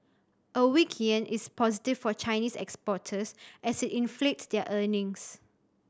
a weak yen is positive for Chinese exporters as inflates their earnings